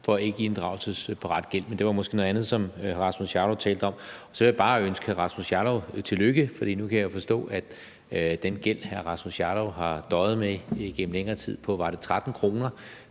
for ikkeinddrivelsesparat gæld. Men det var måske noget andet, hr. Rasmus Jarlov talte om. Så vil jeg bare ønske hr. Rasmus Jarlov tillykke, for nu kan jeg jo forstå, at den gæld, som hr. Rasmus Jarlov har døjet med igennem længere tid, på, var det 13 kr.,